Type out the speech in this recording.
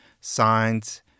signs